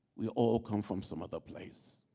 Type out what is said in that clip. we all come from some other place.